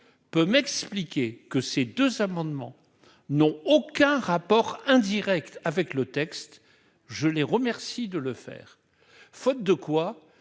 peut m'expliquer que ces deux amendements n'ont aucun rapport indirect avec le texte, je les remercie de le faire, faute de quoi